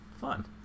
fun